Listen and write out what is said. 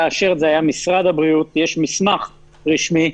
יש מסמך רשמי.